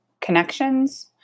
connections